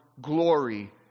glory